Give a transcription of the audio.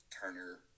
Turner